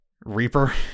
Reaper